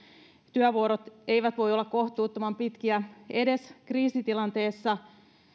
työvuorot eivät voi olla kohtuuttoman pitkiä edes kriisitilanteessa